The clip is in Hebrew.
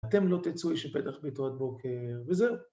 אתם לא תצאו איש את פתח ביתו עד בוקר, וזהו.